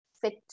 fit